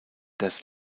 das